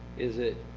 is it